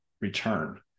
return